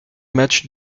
matchs